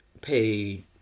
pay